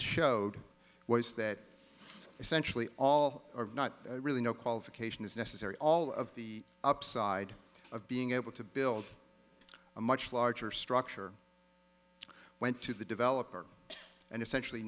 showed was that essentially all or not really no qualification is necessary all of the upside of being able to build a much larger structure went to the developer and essentially